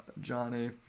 Johnny